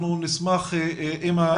אנחנו נשמח לקבל זאת.